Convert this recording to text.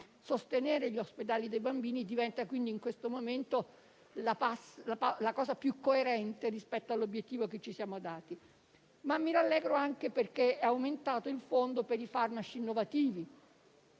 Sostenere gli ospedali dei bambini diventa, quindi, in questo momento, la misura più coerente rispetto all'obiettivo che ci siamo dati. Mi rallegro anche perché è aumentato il fondo per i farmaci innovativi.